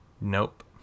Nope